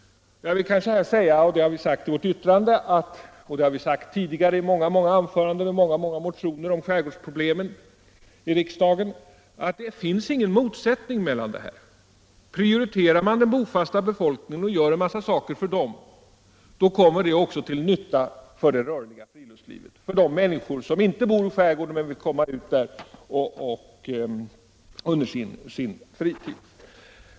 Jag vill här säga — och det har vi även sagt i vårt yttrande liksom tidigare i många, många anföranden och motioner i riksdagen om skärgårdsproblemen — att det inte finns någon motsättning mellan dessa saker. Prioriterar man den bofasta befolkningen och gör en mängd saker för den, kommer dessa också till nytta för det rörliga friluftslivet, dvs. för de människor som inte bor i skärgården men som ändå vill komma dit ut under sin fritid.